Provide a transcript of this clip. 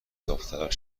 داوطلب